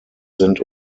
sind